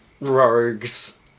rogues